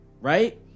right